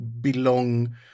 belong